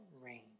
rain